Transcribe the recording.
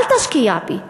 אל תשקיע בי.